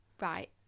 Right